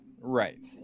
right